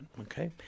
okay